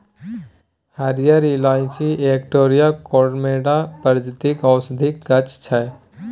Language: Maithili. हरियर इलाईंची एलेटेरिया कार्डामोमम प्रजातिक औषधीक गाछ छै